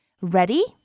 Ready